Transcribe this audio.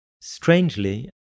strangely